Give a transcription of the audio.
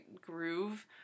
groove